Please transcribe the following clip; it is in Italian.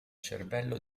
cervello